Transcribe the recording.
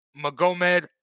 Magomed